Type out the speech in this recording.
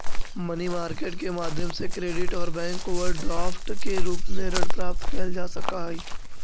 money market के माध्यम से क्रेडिट और बैंक ओवरड्राफ्ट के रूप में ऋण प्राप्त कैल जा सकऽ हई